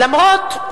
למרות,